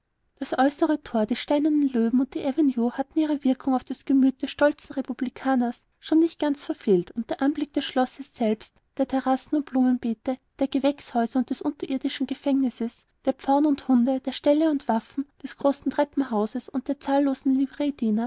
das äußere thor die steinernen löwen und die avenue hatten ihre wirkung auf das gemüt des stolzen republikaners schon nicht ganz verfehlt und der anblick des schlosses selbst der terrassen und blumenbeete der gewächshäuser und des unterirdischen gefängnisses der pfauen und hunde der ställe und waffen des großen treppenhauses und der zahllosen